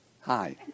hi